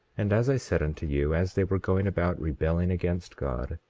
and as i said unto you, as they were going about rebelling against god,